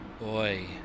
boy